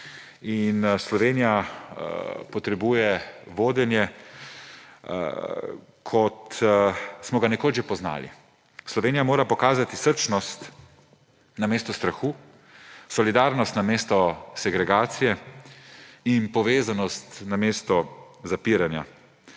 Slovenija potrebuje vodenje, kot smo ga nekoč že poznali. Slovenija mora pokazati srčnost namesto strahu, solidarnost namesto segregacije in povezanost namesto zapiranja.